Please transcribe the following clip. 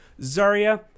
Zarya